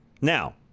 Now